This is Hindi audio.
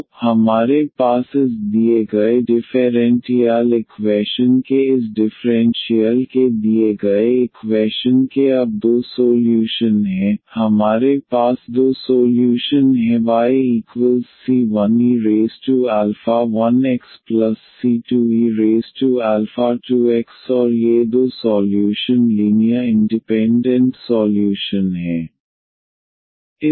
तो हमारे पास इस दिए गए डिफेरेंटियाल इक्वैशन के इस डिफ़्रेंशियल के दिए गए इक्वैशन के अब दो सोल्यूशन हैं हमारे पास दो सोल्यूशन हैं yc1e1xc2e2x और ये दो सॉल्यूशन लीनियर इंडिपेंडेंट सॉल्यूशन हैं